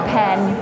pen